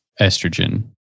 estrogen